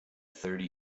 thirty